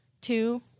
two –